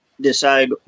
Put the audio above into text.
decide